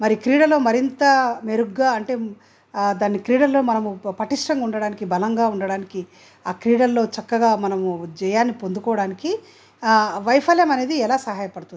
మరి క్రీడలో మరింత మెరుగ్గా అంటే ఆ దాన్ని క్రీడల్లో మనము పటిష్టంగా ఉండటానికి బలంగా ఉండటానికి ఆ క్రీడల్లో చక్కగా మనము జయాన్ని పొందుకోవడానికి వైఫల్యం అనేది ఎలా సహాయపడుతుంది